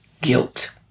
guilt